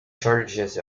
shortages